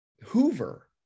Hoover